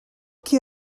qui